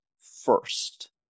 first